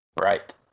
Right